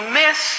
miss